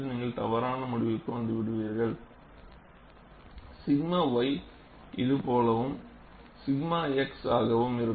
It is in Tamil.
நீங்கள் தவறான முடிவுக்கு வந்து விடுகிறீர்கள் 𝛔 y இது போலவும் 𝛔 x ஆகவும் இருக்கும்